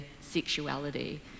sexuality